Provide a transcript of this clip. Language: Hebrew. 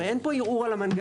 הרי אין פה ערעור על המנגנון.